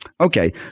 Okay